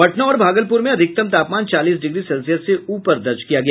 पटना और भागलपुर में अधिकतम तापमान चालीस डिग्री सेल्सियस से ऊपर दर्ज किया गया